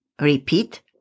repeat